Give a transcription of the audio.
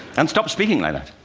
and stop speaking like that.